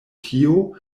tio